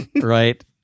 right